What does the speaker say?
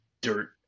dirt